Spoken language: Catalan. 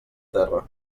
terra